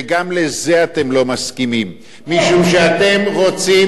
וגם לזה אתם לא מסכימים משום שאתם רוצים